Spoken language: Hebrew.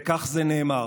וכך נאמר: